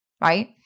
right